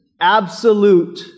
absolute